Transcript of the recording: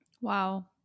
Wow